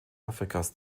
afrikas